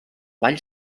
ball